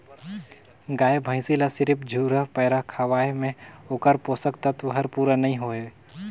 गाय भइसी ल सिरिफ झुरा पैरा खवाये में ओखर पोषक तत्व हर पूरा नई होय